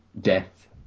Death